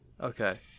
okay